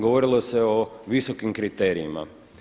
Govorilo se o visokom kriterijima.